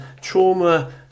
trauma